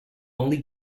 only